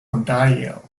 ontario